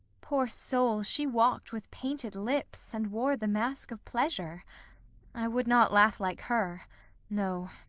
poor soul, she walked with painted lips, and wore the mask of pleasure i would not laugh like her no,